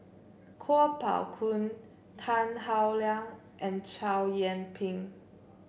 Kuo Pao Kun Tan Howe Liang and Chow Yian Ping